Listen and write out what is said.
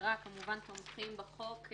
והמשטרה כמובן תומכים בחוק.